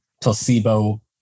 placebo